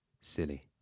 silly